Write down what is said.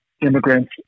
Immigrants